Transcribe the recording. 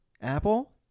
Apple